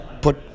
put